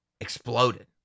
exploded